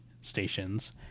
stations